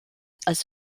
als